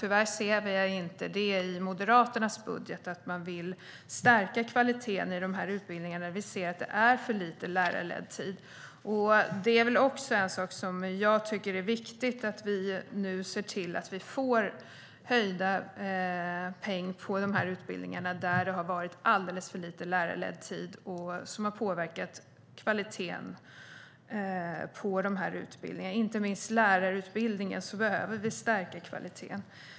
Tyvärr ser jag inte i Moderaternas budget att man vill stärka kvaliteten i de här utbildningarna. Vi ser att det är för lite lärarledd tid. Det är också viktigt att vi nu får höjda anslag till dessa utbildningar, där det har varit alldeles för lite lärarledd tid, vilket har påverkat kvaliteten på utbildningarna. Inte minst på lärarutbildningen behöver vi stärka kvaliteten.